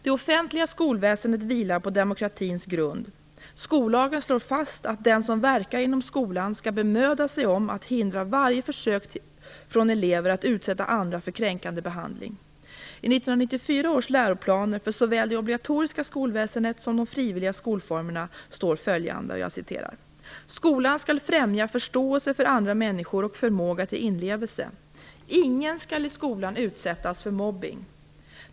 Det offentliga skolväsendet vilar på demokratins grund. Skollagen slår fast att den som verkar inom skolan skall bemöda sig om att hindra varje försök från elever att utsätta andra för kränkande behandling. 94) står följande: "Skolan skall främja förståelse för andra människor och förmåga till inlevelse. Ingen skall i skolan utsättas för mobbning.